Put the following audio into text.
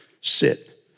sit